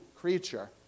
creature